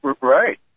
Right